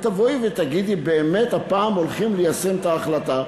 ותבואי ותגידי שהפעם באמת הולכים ליישם את ההחלטה.